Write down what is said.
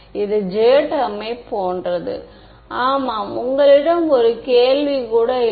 மாணவர் இது J டெர்மை போன்றது ஆமாம் உங்களிடம் ஒரு கேள்வி கூட இல்லை